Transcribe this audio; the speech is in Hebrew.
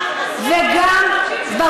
זה לא מעניין אותם,